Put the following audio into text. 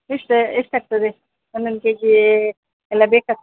ಎಷ್ಟು ಎಷ್ಟಾಗ್ತದೆ ಒಂದೊಂದ್ ಕೆಜೀ ಎಲ್ಲ ಬೇಕಾಗತ್